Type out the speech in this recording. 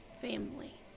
family